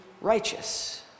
righteous